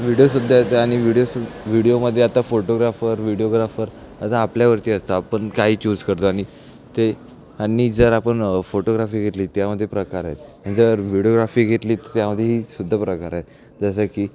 विडिओसुद्धा येते आणि विडिओसुद्धा व्हिडिओमध्ये आता फोटोग्राफर विडीओग्राफर असं आपल्यावरती असतं आपण काही चूज करतो आणि ते आणि जर आपण फोटोग्राफी घेतली त्यामध्ये प्रकार आहेत जर विडिओग्राफी घेतली त्यामध्येहीसुद्धा प्रकार आहेत जसं की